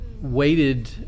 waited